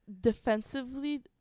defensively